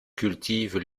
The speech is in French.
cultivent